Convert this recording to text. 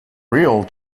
real